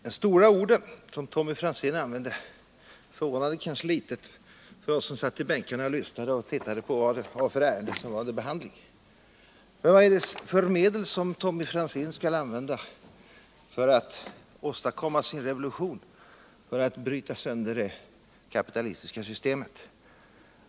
De stora ord som Tommy Franzén använde förvånade kanske dem litet som satt i bänkarna och lyssnade och såg efter vilket ärende som behandlas. Vilka medel skall Tommy Franzén använda för att åstadkomma sin revolution, för att bryta sönder det kapitalistiska systemet?